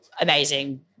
amazing